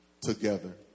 together